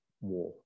war